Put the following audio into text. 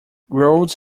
roads